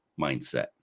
mindset